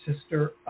sister